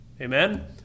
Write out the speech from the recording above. Amen